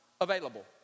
available